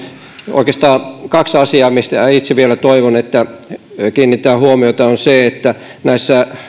oikeastaan kaksi asiaa mihin itse vielä toivon kiinnitettävän huomiota se että näissä